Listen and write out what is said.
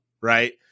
right